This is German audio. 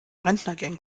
rentnergang